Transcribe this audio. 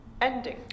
ending